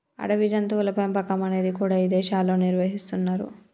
అడవి జంతువుల పెంపకం అనేది కూడా ఇదేశాల్లో నిర్వహిస్తున్నరు